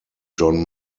john